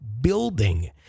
building